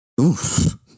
Oof